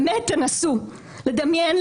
באמת תנסו לדמיין.